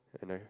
and then